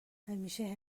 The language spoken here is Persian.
همیشه